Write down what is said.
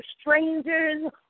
strangers